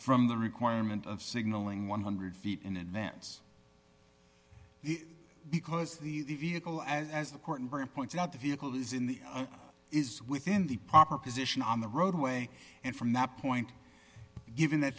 from the requirement of signaling one hundred feet in advance because the vehicle as the court and very pointed out the vehicle is in the is within the proper position on the roadway and from that point given that